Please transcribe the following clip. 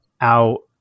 out